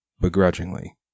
begrudgingly